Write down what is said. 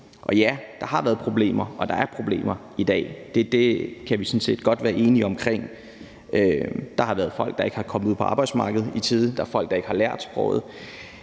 Ja, der har været problemer, og der er problemer i dag. Det kan vi sådan set godt være enige om. Der har været folk, der ikke er kommet ud på arbejdsmarkedet i tide; der er folk, der ikke har lært sproget;